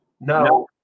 No